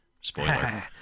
Spoiler